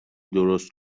درست